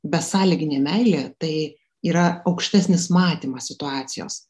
besąlyginė meilė tai yra aukštesnis matymas situacijos